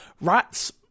Rats